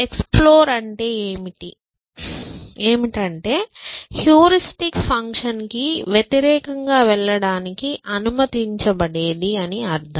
explore అంటే ఏమిటంటే heuristic ఫంక్షన్కు వ్యతిరేకంగా వెళ్ళడానికి అనుమతించబడేది అని అర్థం